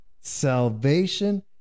salvation